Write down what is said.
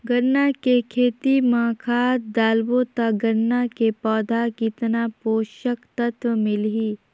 गन्ना के खेती मां खाद डालबो ता गन्ना के पौधा कितन पोषक तत्व मिलही?